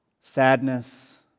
sadness